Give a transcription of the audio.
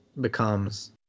Becomes